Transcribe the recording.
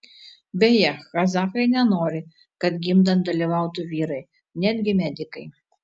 beje kazachai nenori kad gimdant dalyvautų vyrai netgi medikai